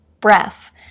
breath